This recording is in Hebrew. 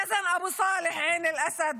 יזן אבו סאלח מעין אל-אסד,